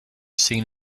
seen